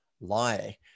lie